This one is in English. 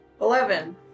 Eleven